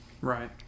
Right